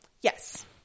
yes